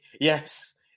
yes